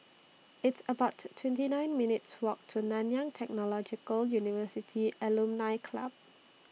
It's about twenty nine minutes' Walk to Nanyang Technological University Alumni Club